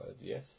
yes